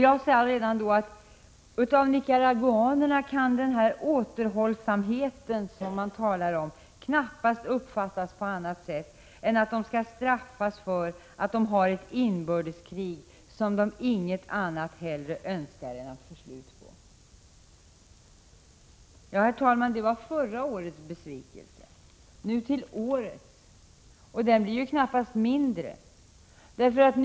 Jag sade redan då att av nicaraguanerna kan denna återhållsamhet, som det talas om, knappast uppfattas på annat sätt än att de skall straffas för att de har ett inbördeskrig. Men de önskar ju inget hellre än att få slut på det. Herr talman! Det var förra årets besvikelse, och nu kommer jag till årets som knappast är mindre.